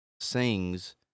sings